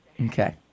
Okay